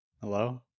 Hello